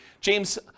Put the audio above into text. James